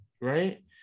right